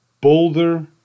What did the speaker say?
boulder